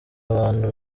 abantu